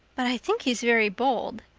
but i think he's very bold.